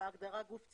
בהגדרה גוף ציבורי,